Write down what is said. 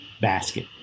basket